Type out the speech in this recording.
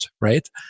right